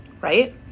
right